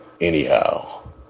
Anyhow